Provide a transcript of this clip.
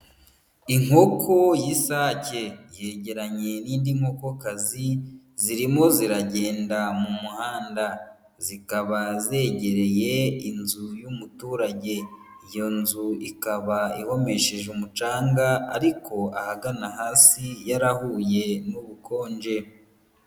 Inkoko y'isake yegeranye n'indi nkokokazi, zirimo ziragenda mu muhanda, zikaba zegereye inzu y'umuturage, iyo nzu ikaba ihomesheje umucanga ariko ahagana hasi yarahuye n'ubukonje.